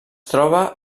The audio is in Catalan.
troba